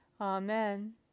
Amen